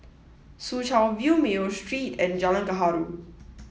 Soo Chow View Mayo Street and Jalan Gaharu